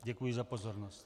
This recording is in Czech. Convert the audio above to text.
Děkuji za pozornost.